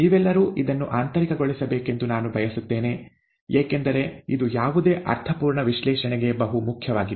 ನೀವೆಲ್ಲರೂ ಇದನ್ನು ಆಂತರಿಕಗೊಳಿಸಬೇಕೆಂದು ನಾನು ಬಯಸುತ್ತೇನೆ ಏಕೆಂದರೆ ಇದು ಯಾವುದೇ ಅರ್ಥಪೂರ್ಣ ವಿಶ್ಲೇಷಣೆಗೆ ಬಹುಮುಖ್ಯವಾಗಿದೆ